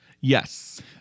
Yes